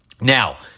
Now